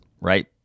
right